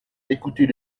écoutez